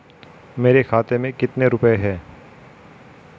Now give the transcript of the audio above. मेरे खाते में कितने रुपये हैं?